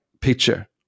picture